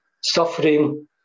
suffering